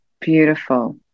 beautiful